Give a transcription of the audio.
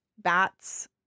bats